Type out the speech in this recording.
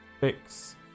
fix